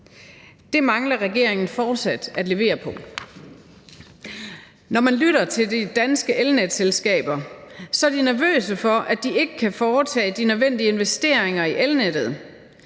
Det mangler regeringen fortsat at levere på. Når man lytter til de danske elnetselskaber, er de nervøse for, at de ikke kan foretage de nødvendige investeringer i elnettet,